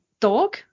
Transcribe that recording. dog